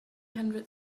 hundred